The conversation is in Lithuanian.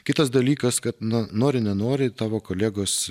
kitas dalykas kad nori nenori tavo kolegos